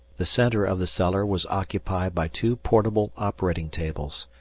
the centre of the cellar was occupied by two portable operating tables,